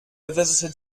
visited